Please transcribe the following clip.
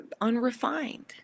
unrefined